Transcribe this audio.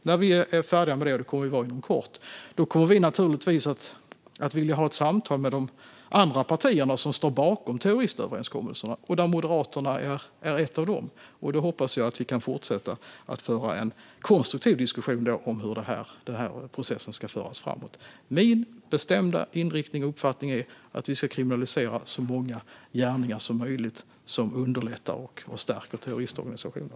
När vi är färdiga med det - vilket vi kommer att vara inom kort - kommer vi naturligtvis att vilja ha ett samtal med de andra partier som står bakom terroristöverenskommelserna. Moderaterna är ett av dem, och jag hoppas att vi kan fortsätta att föra en konstruktiv diskussion om hur processen ska föras framåt. Min bestämda inriktning och uppfattning är att vi ska kriminalisera så många gärningar som möjligt som underlättar och stärker terroristorganisationer.